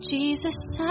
Jesus